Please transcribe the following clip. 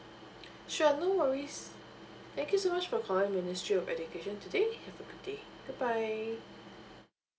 sure no worries thank you so much for calling ministry of education today have a good day good bye